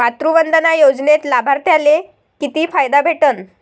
मातृवंदना योजनेत लाभार्थ्याले किती फायदा भेटन?